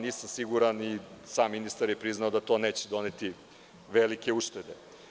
Nisam siguran, a i sam ministar je priznao da to neće doneti velike uštede.